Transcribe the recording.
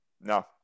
No